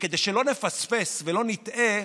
וכדי שלא נפספס ולא נטעה,